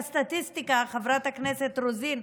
חברת הכנסת רוזין,